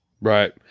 Right